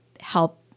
help